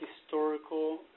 historical